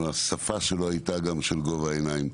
גם השפה שלו הייתה בגובה העיניים.